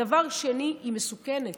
דבר שני, היא מסוכנת.